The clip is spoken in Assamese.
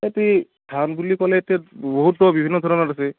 সিহঁতি ধান বুলি ক'লে এতিয়া বহুতো বিভিন্ন ধৰণৰ আছে